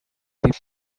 the